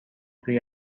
توی